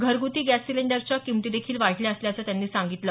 घरगुती गॅस सिलिंडरच्या किमती देखील वाढल्या असल्याचं त्यांनी सांगितलं